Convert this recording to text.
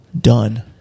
Done